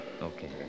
Okay